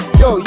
yo